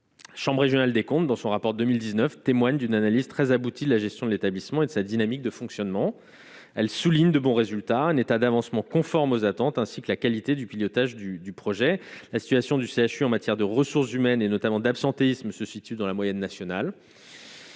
chambre régionale des comptes dans son rapport 2019 témoigne d'une analyse très abouti, la gestion de l'établissement et de sa dynamique de fonctionnement, elle souligne de bons résultats en état d'avancement, conforme aux attentes, ainsi que la qualité du pilotage du du projet, la situation du CHU en matière de ressources humaines et notamment d'absentéisme se situe dans la moyenne nationale,